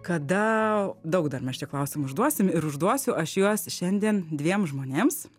kada daug dar mes čia klausimų išduosim ir užduosiu aš juos šiandien dviem žmonėms